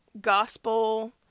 gospel